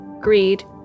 greed